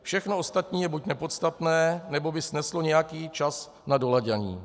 Všechno ostatní je buď nepodstatné, nebo by sneslo nějaký čas na doladění.